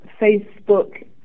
Facebook